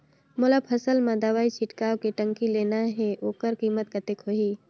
मोला फसल मां दवाई छिड़काव के टंकी लेना हे ओकर कीमत कतेक होही?